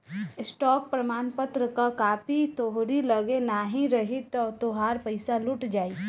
stock प्रमाणपत्र कअ copy तोहरी लगे नाही रही तअ तोहार पईसा लुटा जाई